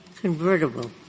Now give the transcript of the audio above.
convertible